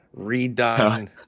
redone